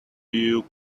you